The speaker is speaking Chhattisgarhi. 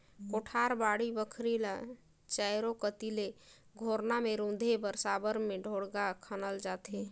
कोठार, बाड़ी बखरी ल चाएरो कती ले घोरना मे रूधे बर साबर मे ढोड़गा खनल जाथे